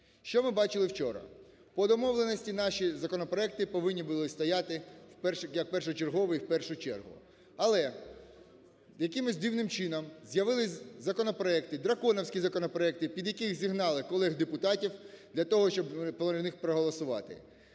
Що ми бачили вчора? По домовленості наші законопроекти повинні були стояти як першочергові, в першу чергу. Але якимось дивним чином з'явились законопроекти, драконівські законопроекти, під які зігнали колег депутатів для того, щоб за них проголосувати.